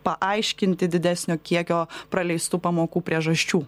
paaiškinti didesnio kiekio praleistų pamokų priežasčių